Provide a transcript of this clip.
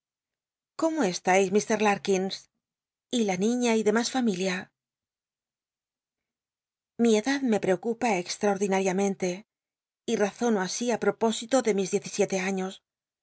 cómo cstais iir larkins y la niiía y demas familia lli edad me preocupa extraordinariamente y tazono así á propósito de mis diez y siete aiíos